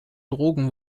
drogen